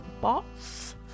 Bots